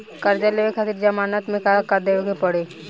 कर्जा लेवे खातिर जमानत मे का देवे के पड़ी?